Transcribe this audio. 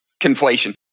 conflation